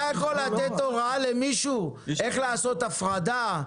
אתה יכול לתת הוראה למישהו איך לעשות הפרדה?